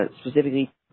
specifically –